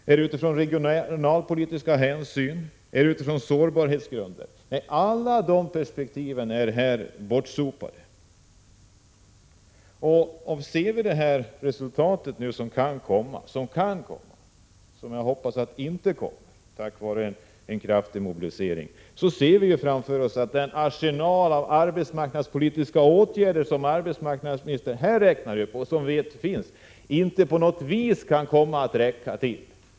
Är det regionalpolitiska hänsyn vi skall ta eller är det sårbarhetsfrågorna som är avgörande? Alla dessa perspektiv är här bortsopade. Om vi ser det resultat som kan komma men som jag hoppas inte kommer tack vare en kraftig mobilisering, ser vi framför oss att den arsenal av arbetsmarknadspolitiska åtgärder som arbetsmarknadsministern här räknar upp inte på något sätt kommer att räcka till.